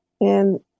And-